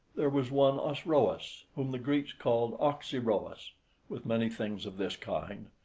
there was one osroes, whom the greeks call oxyrrhoes, with many things of this kind.